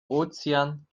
ozean